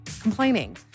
complaining